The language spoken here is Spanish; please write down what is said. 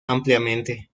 ampliamente